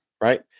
Right